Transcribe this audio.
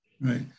right